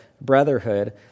brotherhood